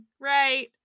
right